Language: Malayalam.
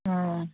ആ